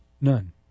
None